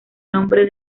nombre